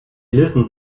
listened